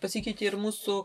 pasikeitei ir mūsų